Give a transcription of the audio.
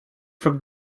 from